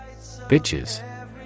Bitches